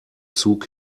zug